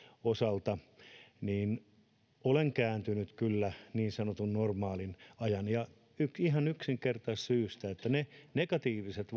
osalta olen kääntynyt kyllä niin sanotun normaalin ajan kannalle ja ihan yksinkertaisesta syystä että niitä negatiivisia